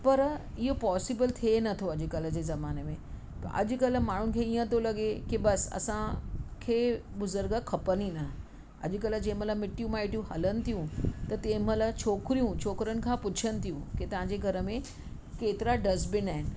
पर इहो पॉसिबल थिए न थो अॼुकल्ह जे ज़माने में अॼुकल्ह माण्हुनि खे ईअं थो लॻे की बसि असां खे ॿुज़ुर्ग खपनि ई न अॼुकल्ह जंहिं महिल मिटियूं माईटियूं हलनि थियूं त तंहिं महिल छोकिरियूं छोकिरनि खां पुछनि थियूं की तव्हांजे घर में केतिरा डस्ट्बिन आहिनि